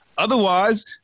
Otherwise